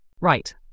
Right